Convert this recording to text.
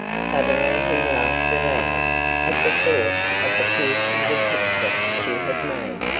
suddenly he laughed aloud at the thought of the fierce little picture she had made,